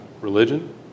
religion